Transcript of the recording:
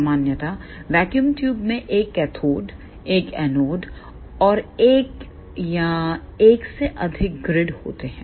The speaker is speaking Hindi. सामान्यतया वैक्यूम ट्यूब में एक कैथोड एक एनोड और एक या एक से अधिक ग्रिड होते हैं